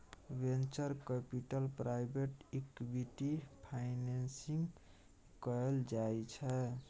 venture capital private equity financing कएल जाइ छै